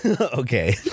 okay